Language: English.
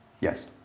Yes